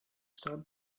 stop